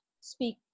speak